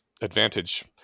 advantage